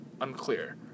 unclear